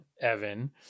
Evan